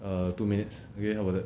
err two minutes okay how about that